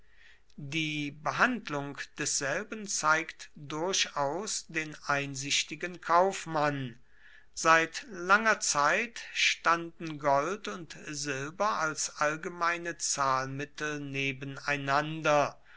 die behandlung desselben zeigt durchaus den einsichtigen kaufmann seit langer zeit standen gold und silber als allgemeine zahlmittel nebeneinander